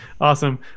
Awesome